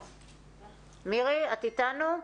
מירי, את איתנו?